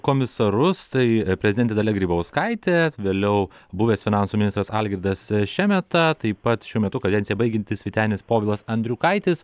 komisarus tai prezidentė dalia grybauskaitė vėliau buvęs finansų ministras algirdas šemeta taip pat šiuo metu kadenciją baigiantis vytenis povilas andriukaitis